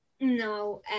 No